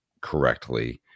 correctly